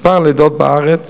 מספר הלידות בארץ